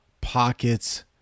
pockets